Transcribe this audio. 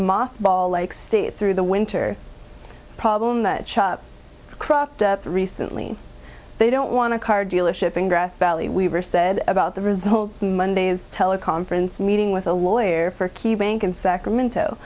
mock ball like state through the winter problem that cropped up recently they don't want a car dealership in grass valley weaver said about the results monday's teleconference meeting with a lawyer for a key bank in sacramento